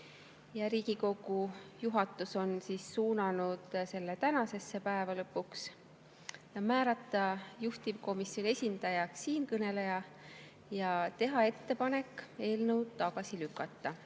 Riigikogu juhatus on suunanud selle tänasesse päeva, lõpuks; määrata juhtivkomisjoni esindajaks siinkõneleja ja teha ettepanek eelnõu tagasi lükata.